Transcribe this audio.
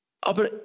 Aber